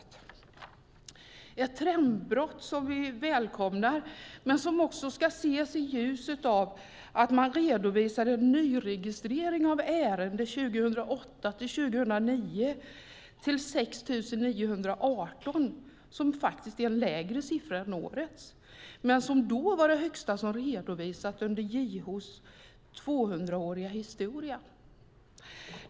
Det här är ett trendbrott som vi välkomnar men som också ska ses i ljuset av att man redovisade en nyregistrering av ärenden för verksamhetsåret 2008-2009 till 6 918, som faktiskt är en lägre siffra än årets. Då var det den högsta som redovisats under JO:s tvåhundraåriga historia.